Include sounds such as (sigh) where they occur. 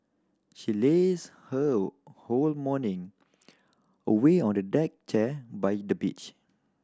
she lazed her (unintelligible) whole morning away on a deck chair by the beach